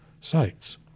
sites